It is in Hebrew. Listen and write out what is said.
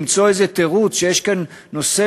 למצוא איזה תירוץ שיש כאן נושא